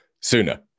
sooner